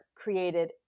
created